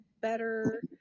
better